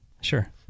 Sure